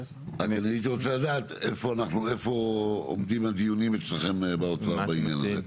אני הייתי רוצה לדעת איפה עומדים הדיונים אצלכם באוצר בעניין הזה?